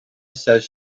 says